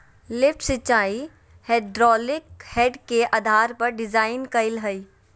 lift सिंचाई hydraulic head के आधार पर डिजाइन कइल हइ